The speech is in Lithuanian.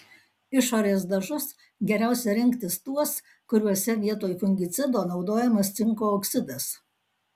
išorės dažus geriausia rinktis tuos kuriuose vietoj fungicido naudojamas cinko oksidas